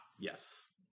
yes